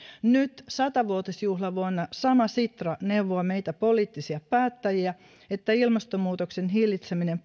nyt sata vuotisjuhlavuonna sama sitra neuvoo meitä poliittisia päättäjiä että ilmastonmuutoksen hillitseminen